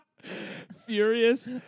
Furious